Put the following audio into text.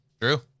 True